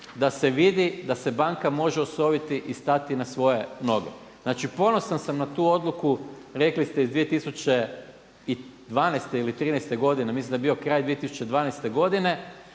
da se vidi da se banka može osoviti i stati na svoje noge. Znači ponosan sam na tu odluku rekli ste iz 2012. ili trinaeste godine. Mislim da je bio kraj 2012. godine